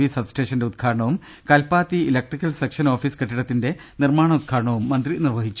V സബ് സ്റ്റേഷന്റെ ഉദ് ഘാടനവും കൽപ്പാത്തി ഇലക്ട്രിക്കൽ സെക്ഷൻ ഓഫീസ് കെട്ടിടത്തിന്റെ നിർമ്മാണോദ്ഘാടനവും മന്ത്രി നിർവഹിച്ചു